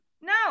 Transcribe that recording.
No